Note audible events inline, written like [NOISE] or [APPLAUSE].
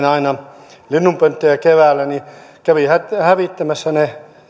[UNINTELLIGIBLE] aina linnunpönttöjä keväällä ja se kävi hävittämässä ne